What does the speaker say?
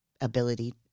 ability